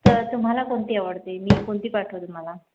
तर तुम्हाला कोणती आवडते मी कोणती पाठवू तुम्हाला